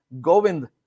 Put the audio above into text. govind